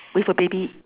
with a baby